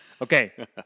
Okay